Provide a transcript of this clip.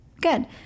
good